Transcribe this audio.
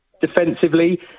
defensively